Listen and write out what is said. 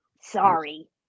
Sorry